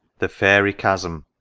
the faery chasm.